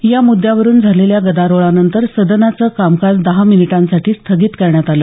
या मुद्यावरून झालेल्या गदारोळानंतर सदनाचं कामकाज दहा मिनिटांसाठी स्थगित करण्यात आलं